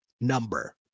number